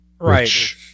Right